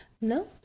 No